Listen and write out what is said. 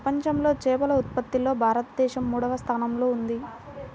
ప్రపంచంలో చేపల ఉత్పత్తిలో భారతదేశం మూడవ స్థానంలో ఉంది